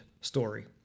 story